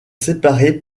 séparés